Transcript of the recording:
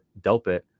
Delpit